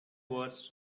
words